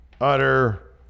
utter